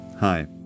Hi